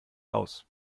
aus